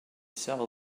sell